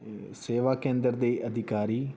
ਅਤੇ ਸੇਵਾ ਕੇਂਦਰ ਦੇ ਅਧਿਕਾਰੀ